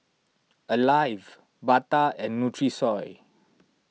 Alive Bata and Nutrisoy